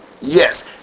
Yes